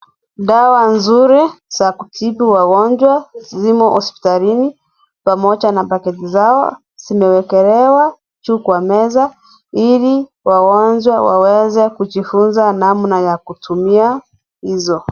Dawa nzuri ya kutibu wagonjwa zimo hospitalini pamoja na pakiti zao zimewekelewa juu Kwa meza ili wagonjwa waweze kujifunza namna ya kutumia hizo.